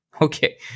Okay